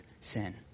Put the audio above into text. sin